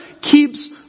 keeps